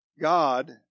God